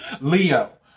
Leo